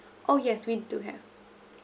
oh yes we do have